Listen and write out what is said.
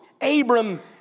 Abram